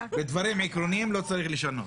בדברים עקרוניים לא צריך לשנות.